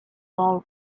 while